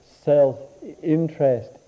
self-interest